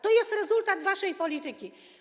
To jest rezultat waszej polityki.